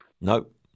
Nope